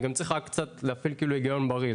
גם צריך רק קצת להפעיל הגיון בריא.